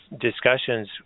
discussions